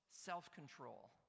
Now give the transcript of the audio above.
self-control